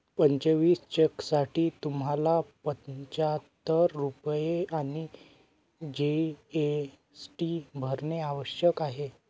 पंचवीस चेकसाठी तुम्हाला पंचाहत्तर रुपये आणि जी.एस.टी भरणे आवश्यक आहे